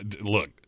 look